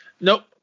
Nope